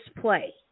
play